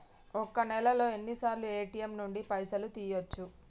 ఒక్క నెలలో ఎన్నిసార్లు ఏ.టి.ఎమ్ నుండి పైసలు తీయచ్చు?